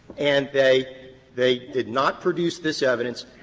and they they did not produce this evidence.